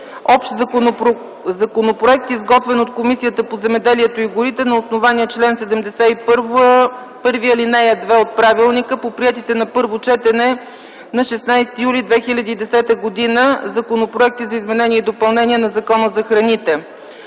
(Общ законопроект, изготвен от Комисията по земеделието и горите на основание чл. 71, ал. 2 от ПОДНС, по приетите на първо четене на 16 юни 2010 г. законопроекти за изменение и допълнение на Закона за храните.).